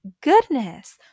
goodness